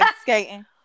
skating